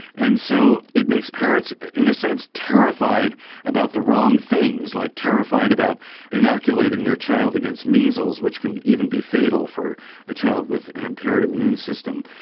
and so it makes parents in a sense terrified about the wrong things, like terrified about inoculating their child against measles, which can even be fatal for a child with an impaired immune system.